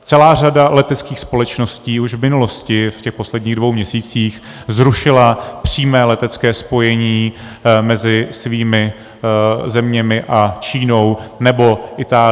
Celá řada leteckých společností už v minulosti, v posledních dvou měsících, zrušila přímé letecké spojení mezi svými zeměmi a Čínou nebo Itálií.